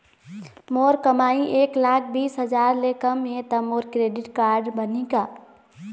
मोर कमाई एक लाख बीस हजार ले कम हे त मोर क्रेडिट कारड बनही का?